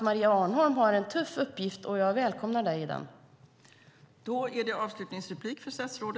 Maria Arnholm har en tuff uppgift, och jag välkomnar dig att ta itu med den.